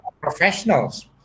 professionals